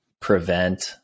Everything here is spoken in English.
prevent